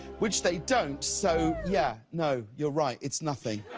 which they don't, so, yeah, no, you're right, it's nothing.